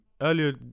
Earlier